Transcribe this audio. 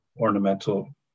ornamental